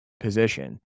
position